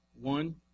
One